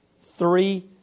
three